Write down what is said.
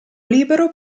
libero